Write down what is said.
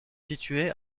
située